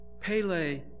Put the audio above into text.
Pele